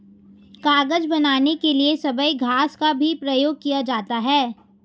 कागज बनाने के लिए सबई घास का भी प्रयोग किया जाता है